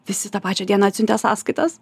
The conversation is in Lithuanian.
visi tą pačią dieną atsiuntė sąskaitas